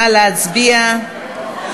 נא להצביע.